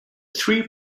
first